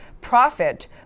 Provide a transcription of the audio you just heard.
profit